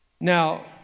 Now